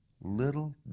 Little